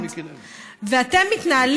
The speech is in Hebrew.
ואתם מתנהלים,